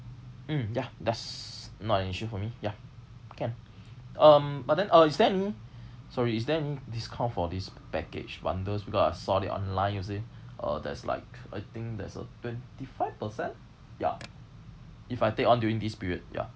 mm ya that's not an issue for me ya can um but then uh is there any sorry is there any discount for this package wonders because I saw it online you see uh there's like I think there's a twenty five percent ya if I take on during this period ya